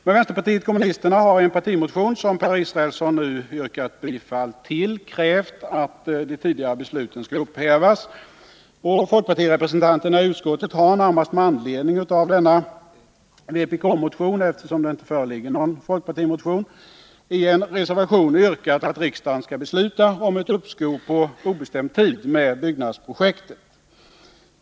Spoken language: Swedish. Men vänsterpartiet kommunisterna har i en partimotion, som Per Israelsson här yrkat bifall till, krävt att de tidigare besluten skall upphävas, och folkpartirepresentanterna i utskottet har — närmast med anledning av denna motion, eftersom det inte förekommer någon fp-motion — i en reservation yrkat att riksdagen skall besluta om ett uppskov på obestämd tid med byggnadsprojektet.